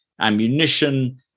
ammunition